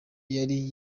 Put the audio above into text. yari